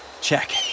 check